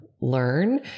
learn